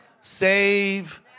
save